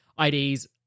IDs